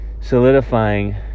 solidifying